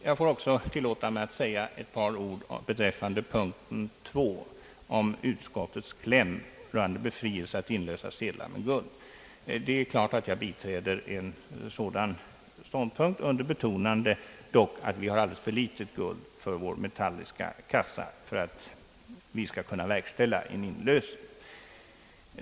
Jag vill också säga ett par ord om punkten 2, beträffande utskottets kläm rörande befrielse från skyldigheten att inlösa sedlar med guld. Det är klart att jag biträder en sådan ståndpunkt under betonande dock av att vi har alldeles för litet guld för vår metalliska kassa för att vi skall kunna verkställa en inlösen.